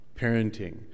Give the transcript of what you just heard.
parenting